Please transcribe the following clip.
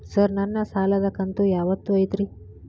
Sir ನನ್ನ ಸಾಲದ ಕಂತು ಯಾವತ್ತೂ ಐತ್ರಿ?